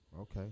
Okay